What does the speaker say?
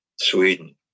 Sweden